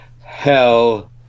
hell